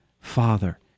Father